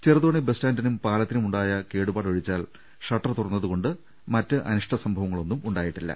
Cheruthoni bus സ്റ്റാന്റിനും പാലത്തിനുമുണ്ടായ കേടുപാടൊഴിച്ചാൽ ഷട്ടർ തുറ ന്നതു വഴി മറ്റ് അനിഷ്ട സംഭവങ്ങളൊന്നും ഉണ്ടായിട്ടി ല്ല